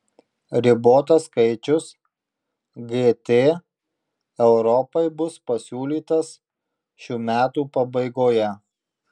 ribotas skaičius gt europai bus pasiūlytas šių metų pabaigoje